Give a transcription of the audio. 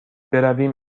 برویم